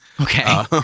Okay